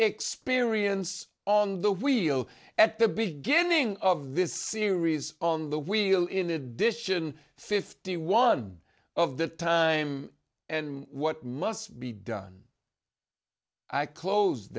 experience on the wheel at the beginning of this series on the wheel in addition fifty one of the time and what must be done i close